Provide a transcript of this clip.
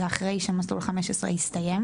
זה אחרי שמסלול 15 הסתיים.